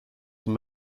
them